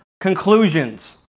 conclusions